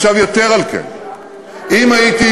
יתר על כן, אם הייתי,